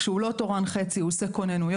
כשהוא לא תורן חצי הוא עושה כוננויות,